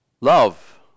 Love